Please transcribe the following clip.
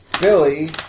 Billy